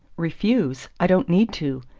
refuse? i don't need to!